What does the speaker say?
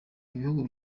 ibihugu